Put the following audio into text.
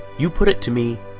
you put it to me.